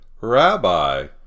Rabbi